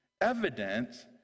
evidence